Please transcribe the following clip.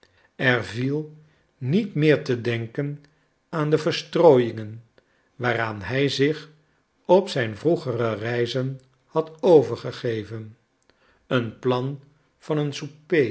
er viel niet meer te denken aan de verstrooiingen waaraan hij zich op zijn vroegere reizen had overgegeven een plan van een souper